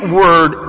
word